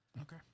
Okay